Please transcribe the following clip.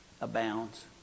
abounds